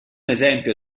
esempio